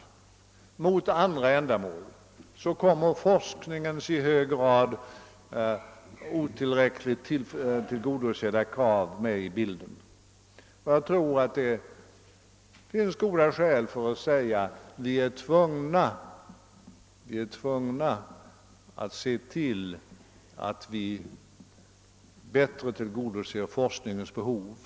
och för andra ändamål, så kommer forskningens i hög grad otillräckligt tillgodosedda krav med i bilden. Jag tror att det finns goda skäl att säga, att vi är tvungna att se till att bättre tillgodose forskningens behov.